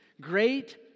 great